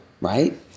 right